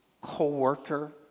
co-worker